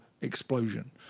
explosion